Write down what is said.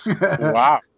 Wow